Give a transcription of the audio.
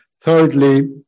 thirdly